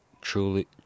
truly